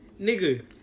Nigga